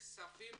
נחשפים